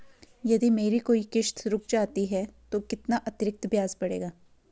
यदि मेरी कोई किश्त रुक जाती है तो कितना अतरिक्त ब्याज पड़ेगा?